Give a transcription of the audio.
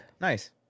Nice